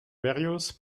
berrios